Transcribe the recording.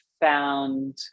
found